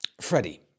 Freddie